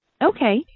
Okay